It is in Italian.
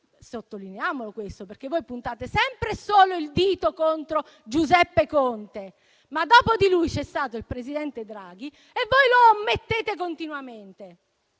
Sottolineiamolo questo, perché voi puntate sempre e solo il dito contro Giuseppe Conte. Dopo di lui, però, c'è stato il presidente Draghi e voi lo omettete continuamente.